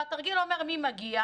והתרגיל אומר מי מגיע